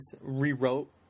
rewrote